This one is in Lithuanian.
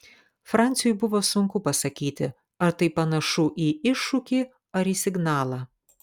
franciui buvo sunku pasakyti ar tai panašu į iššūkį ar į signalą